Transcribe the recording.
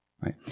right